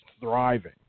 thriving